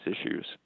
issues